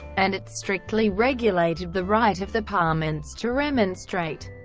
and it strictly regulated the right of the parlements to remonstrate.